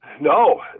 No